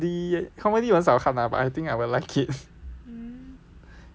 comedy comedy 很少看 lah but I think I will like it